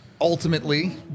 ultimately